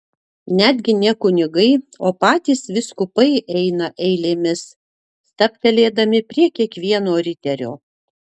netgi ne kunigai o patys vyskupai eina eilėmis stabtelėdami prie kiekvieno riterio